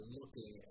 looking